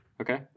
Okay